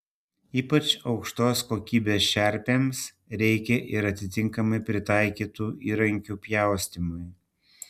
ypač aukštos kokybės čerpėms reikia ir atitinkamai pritaikytų įrankių pjaustymui